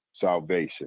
salvation